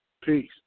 Peace